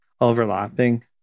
overlapping